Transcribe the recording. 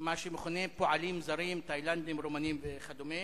מה שמכונה פועלים זרים, תאילנדים, רומנים וכדומה?